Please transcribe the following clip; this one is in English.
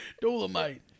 Dolomite